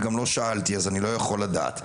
וגם לא שאלתי ואני לא יכול לדעת,